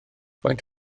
faint